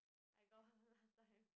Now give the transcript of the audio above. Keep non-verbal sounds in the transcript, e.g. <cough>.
I got her <laughs> last time